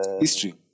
history